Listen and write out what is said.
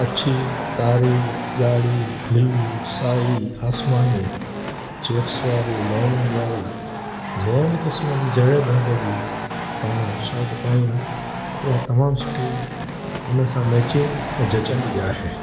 अछी कारी ॻाढ़ी बलू साई आसमानी चेक्स वारी लाइनिंग वारी जंहिं बि क़िस्म जी जहिड़े बि रंगु जी पाण शर्ट पाहियूं त उहा तमामु सुठी उन सां मेचिंग ऐं जचंदी आहे